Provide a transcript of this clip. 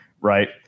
right